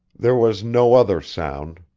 there was no other sound.